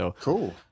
Cool